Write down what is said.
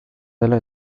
dela